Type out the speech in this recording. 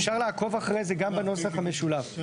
אפשר לעקוב אחרי זה גם בנוסח המשולב.